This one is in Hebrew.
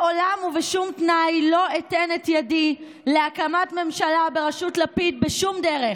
לעולם ובשום תנאי לא אתן את ידי להקמת ממשלה בראשות לפיד בשום דרך.